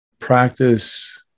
practice